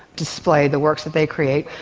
display the works that they create.